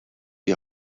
die